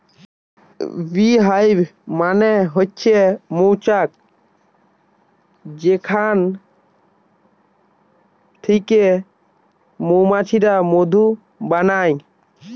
bee hive মানে হচ্ছে মৌচাক যেখান থিকে মৌমাছিরা মধু বানায়